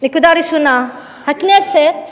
נקודה ראשונה, הכנסת,